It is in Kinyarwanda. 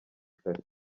kare